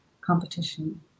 competition